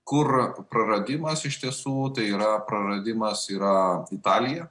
kur praradimas iš tiesų tai yra praradimas yra italija